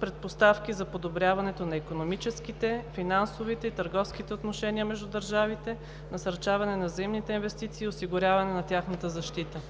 предпоставки за подобряването на икономическите, финансовите и търговските отношения между държавите, насърчаване на взаимните инвестиции и осигуряване на тяхната защита.